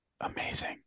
Amazing